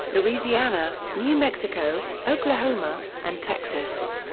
louisiana, new mexico, oklahoma, and texas.